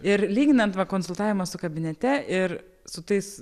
ir lyginant va konsultavimą su kabinete ir su tais